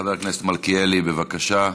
חבר הכנסת מלכיאלי, בבקשה.